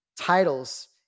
titles